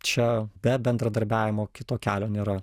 čia be bendradarbiavimo kito kelio nėra